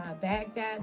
Baghdad